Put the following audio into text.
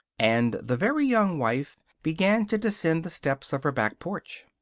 and the very young wife began to descend the steps of her back porch.